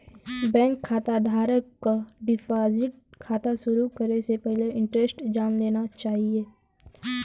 bank खाता धारक क डिपाजिट खाता शुरू करे से पहिले इंटरेस्ट रेट जान लेना चाही